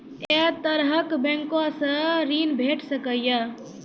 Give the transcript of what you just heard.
ऐ तरहक बैंकोसऽ ॠण भेट सकै ये?